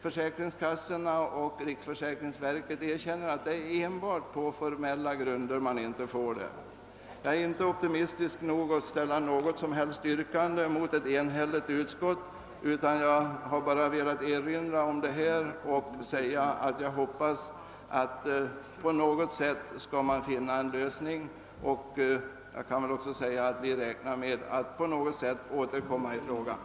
Försäkringskassorna och riksförsäkringsverket erkänner att det är enbart på formella grunder som pension inte tillerkänns vederbörande. Jag är inte så optimistisk att jag ställer ett yrkande mot ett enhälligt utskott, utan jag har bara velat framföra dessa synpunkter. Jag hoppas att det skall vara möjligt att finna en lösning, och jag kan väl också säga att vi räknar med att på något sätt återkomma i frågan.